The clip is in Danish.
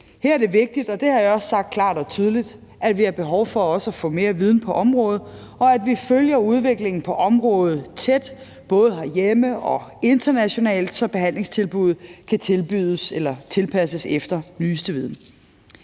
Her er det vigtigt at sige – det har jeg også sagt klart og tydeligt før – at vi også har behov for at få mere viden på området, og at vi følger udviklingen på området tæt både herhjemme og internationalt, så behandlingstilbud kan tilpasses efter den nyeste viden.